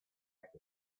act